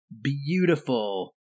beautiful